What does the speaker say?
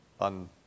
on